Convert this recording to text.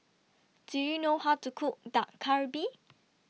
Do YOU know How to Cook Dak Galbi